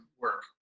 work